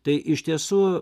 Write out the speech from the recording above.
tai iš tiesų